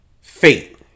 fate